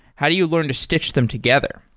how do you learn to stich them together?